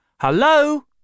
Hello